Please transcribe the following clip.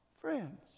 Friends